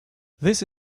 this